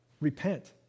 Repent